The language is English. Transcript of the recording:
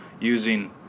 using